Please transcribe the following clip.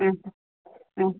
ह हा